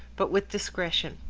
but with discretion.